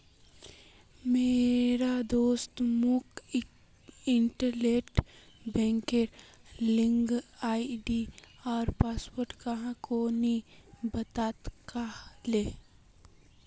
मोर दोस्त मोक इंटरनेट बैंकिंगेर लॉगिन आई.डी आर पासवर्ड काह को नि बतव्वा कह ले